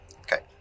Okay